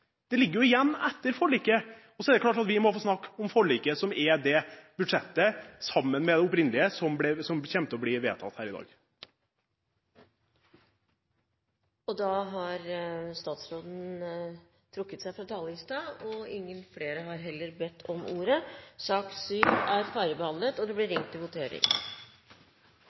budsjett ligger jo fast. Det ligger igjen etter forliket. Det er klart at vi må få snakke om forliket, som er det budsjettet som – sammen med det opprinnelige – kommer til å bli vedtatt her i dag. Flere har ikke bedt om ordet til sak nr. 7. Da er Stortinget klar til å gå til votering.